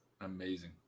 Amazing